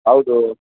ಹೌದು